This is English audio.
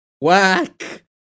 Whack